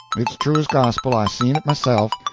it's true as gospel i seen it myself.